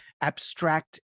abstract